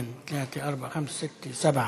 ואחד, תנין, תלאתה, ארבעה, ח'מסה, סִתה, סבעה.